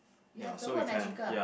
you have the word magical ah